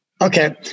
Okay